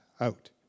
out